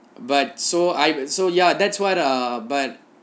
but so I so ya that's why ah but